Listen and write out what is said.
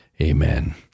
amen